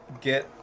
get